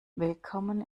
willkommen